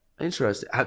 Interesting